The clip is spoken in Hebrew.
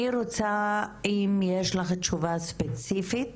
אני רוצה אם יש לך תשובה ספציפית